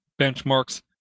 benchmarks